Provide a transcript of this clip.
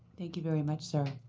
thank you very much, sir.